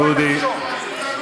הלכו הביתה לישון.